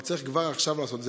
אבל צריך כבר עכשיו לעשות את זה.